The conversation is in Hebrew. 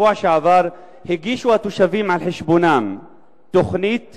בשבוע שעבר הגישו התושבים על חשבונם תוכנית